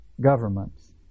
governments